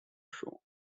show